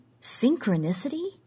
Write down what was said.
Synchronicity